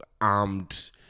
armed